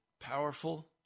powerful